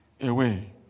away